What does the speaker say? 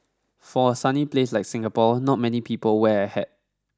for a sunny place like Singapore not many people wear a hat